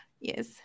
yes